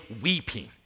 weeping